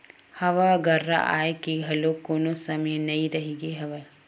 हवा गरेरा आए के घलोक कोनो समे नइ रहिगे हवय